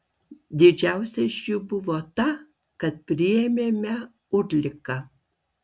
didžiausia iš jų buvo ta kad priėmėme ulriką